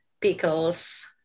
pickles